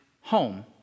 home